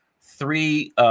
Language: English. three